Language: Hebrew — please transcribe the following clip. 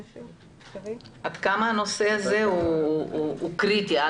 עד כמה הנושא הזה הוא קריטי?